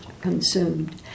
consumed